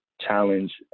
challenge